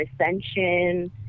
ascension